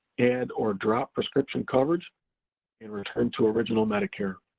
and or drop prescription coverage and return to original medicare.